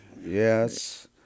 yes